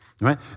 Right